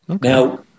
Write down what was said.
Now